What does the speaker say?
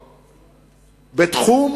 הזאת בתחום